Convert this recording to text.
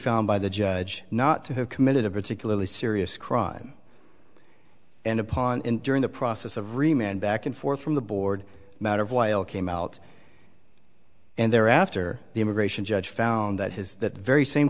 found by the judge not to have committed a particularly serious crime and upon him during the process of remaining back and forth from the board matter of while came out and thereafter the immigration judge found that his that very same